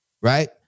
right